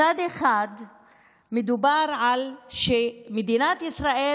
מצד אחד מדובר על כך שמדינת ישראל,